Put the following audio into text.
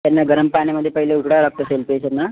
त्यांना गरम पाण्यामध्ये पहिले उकडावं लागतं सेल फिशांना